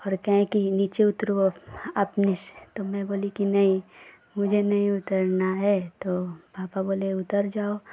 और कहें कि नीचे उतरो अब अपने से तो मैं बोली कि नहीं मुझे नहीं उतरना है तो पापा बोले उतर जाओ